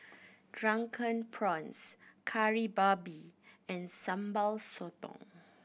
Drunken Prawns Kari Babi and Sambal Sotong